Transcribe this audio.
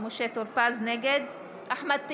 אחמד טיבי,